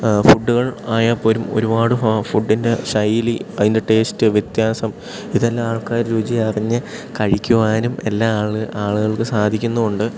ഫുഡ്ഡുകൾ ആയാൽപ്പോലും ഒരുപാട് ഫുഡ്ഡിൻ്റെ ശൈലി അതിൻ്റെ ടേസ്റ്റ് വ്യത്യാസം ഇതെല്ലാം ആൾക്കാർ രുചി അറിഞ്ഞ് കഴിക്കുവാനും എല്ലാ ആള് ആളുകൾക്ക് സാധിക്കുന്നും ഉണ്ട്